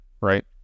right